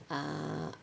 ah